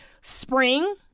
spring